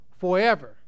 Forever